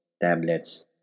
tablets